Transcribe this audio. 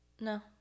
No